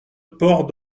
port